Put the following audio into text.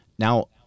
Now